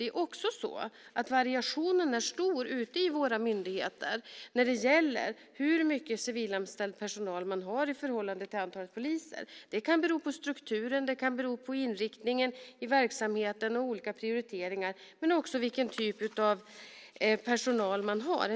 Det är också så att variationen är stor ute bland våra myndigheter när det gäller hur mycket civilanställd personal man har i förhållande till antalet poliser. Det kan bero på strukturen, inriktningen av verksamheten och olika prioriteringar, men också på vilken typ av personal man har.